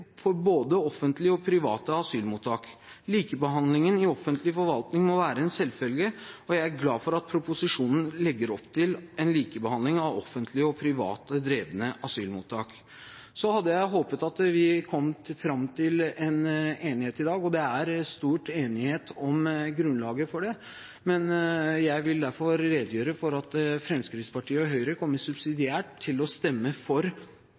for både offentlige og private asylmottak. Likebehandling i offentlig forvaltning må være en selvfølge, og jeg er glad for at proposisjonen legger opp til en likebehandling av offentlig og privat drevne asylmottak. Så hadde jeg håpet at vi kunne komme fram til enighet i dag, og det er stor enighet om grunnlaget for det. Jeg vil derfor opplyse om at Fremskrittspartiet og Høyre subsidiært kommer til å stemme for